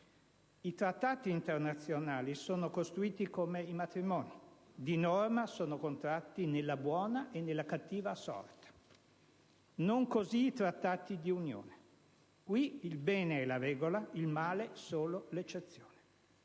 I trattati internazionali sono costruiti come i matrimoni: di norma sono contratti nella buona e nella cattiva sorte. Non così i trattati di unione: qui il bene è la regola, il male solo l'eccezione.